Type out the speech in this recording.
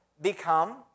become